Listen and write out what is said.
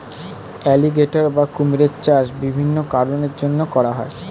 alligator বা কুমিরের চাষ বিভিন্ন কারণের জন্যে করা হয়